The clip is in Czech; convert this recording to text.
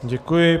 Děkuji.